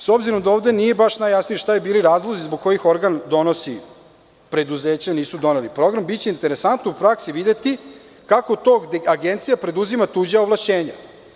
S obzirom da ovde nije baš najjasnije šta su bili razlozi zbog kojih organ donosi, preduzeća nisu donela program, biće interesantno u praksi videti kako to gde Agencija preduzima tuđa ovlašćenja.